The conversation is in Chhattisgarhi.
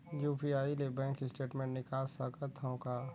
यू.पी.आई ले बैंक स्टेटमेंट निकाल सकत हवं का?